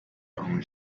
own